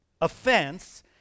Offense